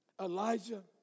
Elijah